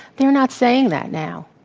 they're not saying that now,